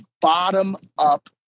bottom-up